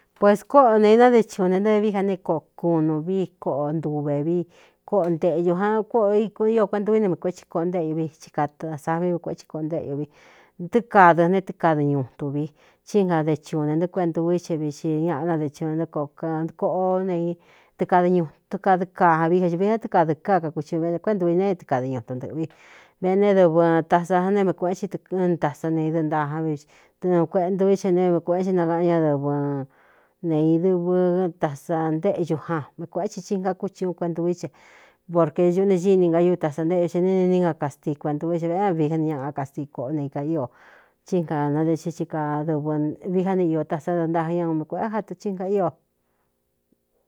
Pues kóꞌó nē i náde chu ne ntavevií ja né koꞌo kunu vi koꞌo ntuvē vi koꞌo nteꞌñū ja kóꞌō ikn io kuentuví ne mikuēé thi koꞌo ntéꞌuꞌvi i kaa savi ve kuēthi koꞌō ntéꞌuꞌvi tɨ kādɨ̄ ne tɨkadɨɨ ñu tunvi cí ngade chuune ntɨ kueꞌndūví xhe vixi ñaꞌa nade chɨu ne n kokoꞌo nei tɨ kada ñutukadɨ ka vi a xūvi a tɨkadɨɨ kkáa kakuchi un veꞌne kuéꞌ ntūvi nēeé tɨkadɨ ñu tu ntɨ̄ꞌ̄vi veꞌné dɨvɨ tasaaneé me kuēꞌéen tɨ ɨɨn tasane idɨ nta v tɨɨn kueꞌentuví ce nee éme kuēꞌen ɨ nakaꞌan ñadɨvɨ neīdɨvɨ tasa ntéꞌñ jan me kuēꞌén tsin i nka kúchi un kuentuví che porqē ñuꞌ ne gíni ngai tasa ntéꞌñu xe nininí nga kastii kueꞌntūví e vēꞌé na vian ñaꞌa kastii koꞌo nei kaío cí nganade xɨ i kadɨvɨ vi já ne io tasá ndɨɨ ntajan ña u mi kuēꞌé ja tɨ cí nga ío.